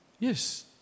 Yes